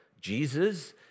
Jesus